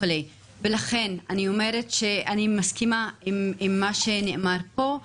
לכן אני מסכימה עם מה שנאמר פה.